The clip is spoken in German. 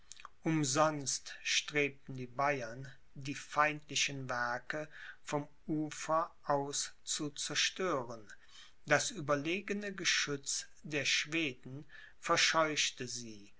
umsonst strebten die bayern die feindlichen werke vom ufer aus zu zerstören das überlegene geschütz der schweden verscheuchte sie